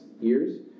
years